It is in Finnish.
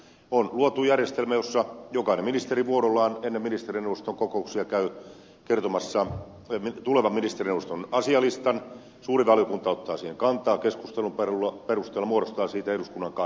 on luotu järjestelmä jossa jokainen ministeri vuorollaan ennen ministerineuvoston kokouksia käy kertomassa tulevan ministerineuvoston asialistan suuri valiokunta ottaa siihen kantaa keskustelun perusteella muodostaa siitä eduskunnan kannan tarvittaessa